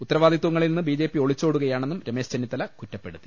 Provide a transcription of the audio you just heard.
ഉത്തരവാദിത്വങ്ങ ളിൽനിന്ന് ബിജെപി ഒളിച്ചോടുകയാണെന്നും രമേശ് ചെന്നിത്തല കുറ്റ പ്പെടുത്തി